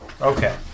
Okay